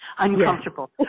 uncomfortable